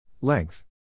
Length